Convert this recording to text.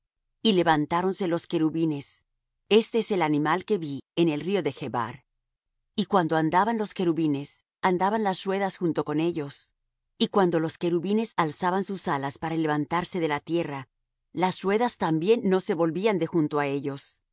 y levantáronse los querubines este es el animal que vi en el río de chebar y cuando andaban los querubines andaban las ruedas junto con ellos y cuando los querubines alzaban sus alas para levantarse de la tierra las ruedas también no se volvían de junto á ellos